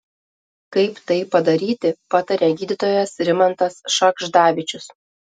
kaip tai padaryti pataria gydytojas rimantas šagždavičius